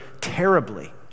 terribly